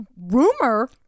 rumor